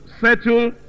settle